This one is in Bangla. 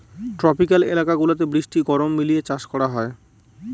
ট্রপিক্যাল এলাকা গুলাতে বৃষ্টি গরম মিলিয়ে চাষ করা হয়